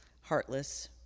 heartless